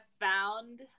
found